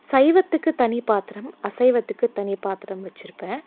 சைவத்துக்கு தனி பாத்திரம் அசைவத்துக்கு தனி பாத்திரம் வச்சுருப்பேன்